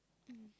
mm